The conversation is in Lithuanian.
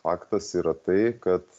faktas yra tai kad